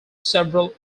several